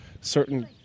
certain